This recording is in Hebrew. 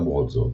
למרות זאת,